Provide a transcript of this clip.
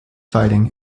fighting